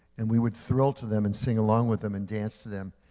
and we would thrill to them and sing along with them and dance to them.